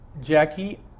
Jackie